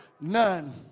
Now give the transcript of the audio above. None